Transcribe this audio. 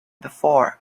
before